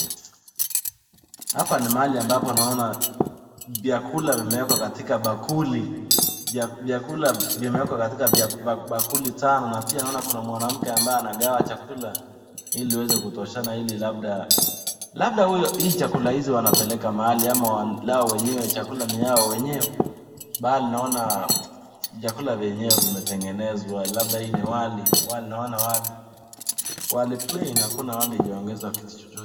Hapa ni mahali ambapo naona chakula vimewekwa katika bakuli vyakula vimewekwa katika bakuli tano na pia naona kuna mwanamke ambaye anakawa chakula ili iweze kutoshana ili labda hii chakula hizi wanapeleka mahali ama walao wenyewe chakula ni yao wenyewe bali naona chakula vyenyewe vimetengenezwa labda ni wali, naona wali plain hakuna ile haijaongezwa kitu chochote.